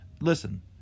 Listen